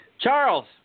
Charles